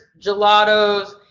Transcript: gelatos